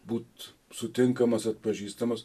būt sutinkamas atpažįstamas